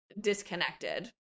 disconnected